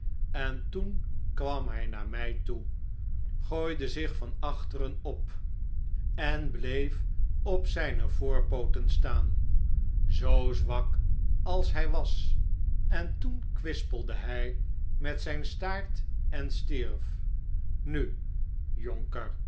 en toen kwam hij naar mij toe gooide zich van achteren op en bleef op zijne voorpooten staan zoo zwak als hij was en toen kwispelde hij met zijn staart en stierf nu jonker